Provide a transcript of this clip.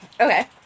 Okay